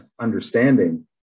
understanding